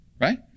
right